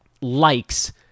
likes